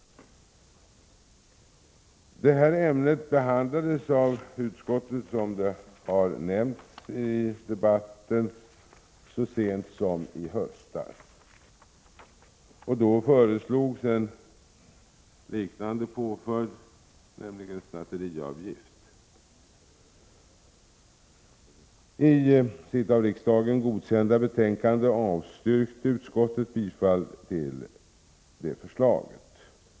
Detta ämne behandlades av utskottet, vilket har nämnts i debatten, så sent som i höstas. Då föreslogs en liknande påföljd, nämligen snatteriavgift. I sitt av riksdagen godkända betänkande avstyrkte utskottet bifall till det förslaget.